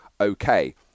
okay